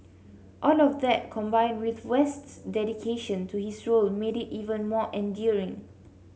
all of that combined with West's dedication to his role made it even more endearing